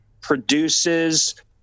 produces